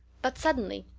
but suddenly,